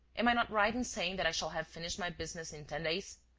am i not right in saying that i shall have finished my business in ten days?